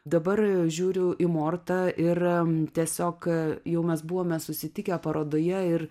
dabar žiūriu į mortą ir tiesiog jau mes buvome susitikę parodoje ir